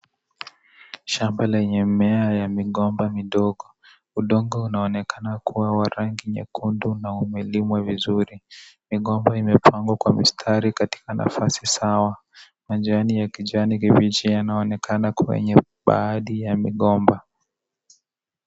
Shamba lenye mimea ya migomba midogo. Udongo unaonekana kuwa wa rangi nyekundu na umelimwa vizuri. Migomba imepangwa kwa mistari katika nafasi sawa. Majani ya kijani mabichi inaonekana kwenye baadhi ya migomba.